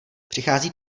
přichází